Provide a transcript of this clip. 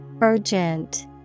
Urgent